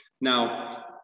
Now